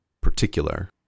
particular